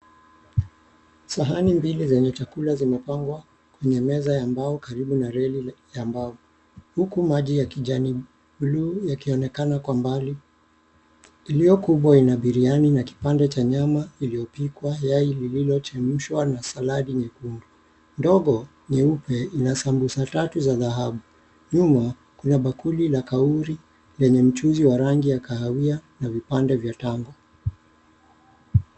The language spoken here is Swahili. Sahani mbili zenye chakula zimepangwa kwenye meza ya mbao karibu na reli ya mbao huku maji ya kijani buluu yakionekana kwa mbali. Iliyo kubwa ina biriani na kipande cha nyama iliyopikwa, yai lililochemsha na saladi nyekundu. Ndogo nyeupe ina sambusa tatu za dhahabu. Nyuma kuna bakuli la kauri lenye mchuzi wa rangi ya kahawia na vipande vya tambo.